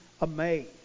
amazed